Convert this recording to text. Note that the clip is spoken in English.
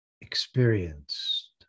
experienced